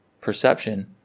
perception